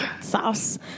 Sauce